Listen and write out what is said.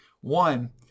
One